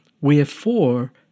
Wherefore